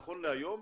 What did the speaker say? נכון להיום,